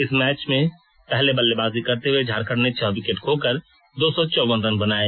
इस मैच में पहले बल्लेबाजी करते हुए झारखंड ने छह विकेट खोकर दो सौ चौवन रन बनाए